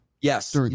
Yes